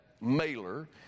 mailer